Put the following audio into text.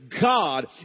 God